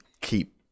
keep